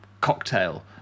cocktail